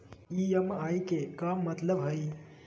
EMI के का मतलब हई?